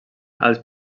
als